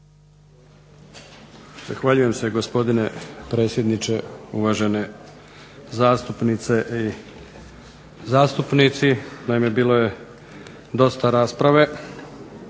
Zahvaljujem se gospodine predsjedniče, uvažene zastupnice i zastupnici. Naime, bilo je dosta rasprave,